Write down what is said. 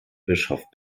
bischof